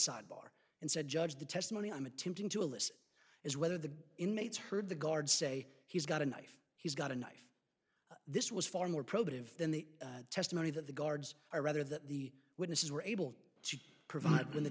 sidebar and said judge the testimony i'm attempting to elicit is whether the inmates heard the guard say he's got a knife he's got a knife this was far more probative than the testimony that the guards or rather that the witnesses were able to provide when the